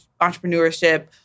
entrepreneurship